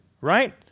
right